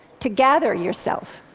to gather yourself.